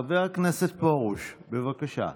חבר הכנסת פרוש, בבקשה.